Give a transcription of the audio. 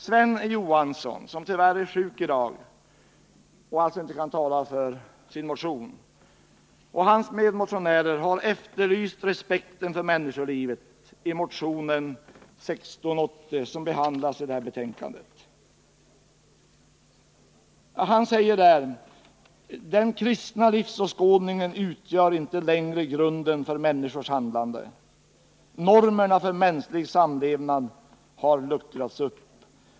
Sven Johansson — som tyvärr är sjuk i dag och alltså inte kan tala för motionen 1680, vilken behandlas i detta betänkande — efterlyser tillsammans med sina medmotionärer en ökad respekt för människolivet. I denna motion heter det: ”Den kristna livsåskådningen utgör inte längre grunden för människors handlande. Normerna för mänsklig samlevnad har luckrats upp.